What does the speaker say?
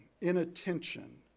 inattention